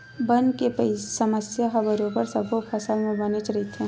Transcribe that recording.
बन के समस्या ह बरोबर सब्बो फसल म बनेच रहिथे